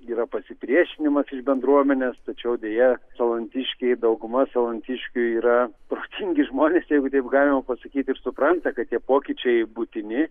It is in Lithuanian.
yra pasipriešinimas iš bendruomenės tačiau deja salantiškiai dauguma salantiškių yra protingi žmonės jeigu taip galima pasakyti ir supranta kad tie pokyčiai būtini